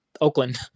Oakland